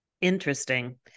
Interesting